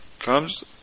comes